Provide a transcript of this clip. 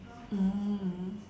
mm